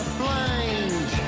blind